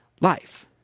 life